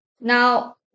Now